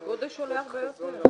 הגודש עולה הרבה יותר.